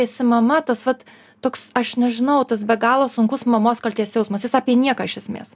esi mama tas vat toks aš nežinau tas be galo sunkus mamos kaltės jausmas jis apie nieką iš esmės